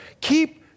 keep